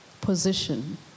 position